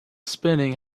spinning